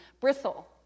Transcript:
bristle